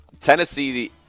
Tennessee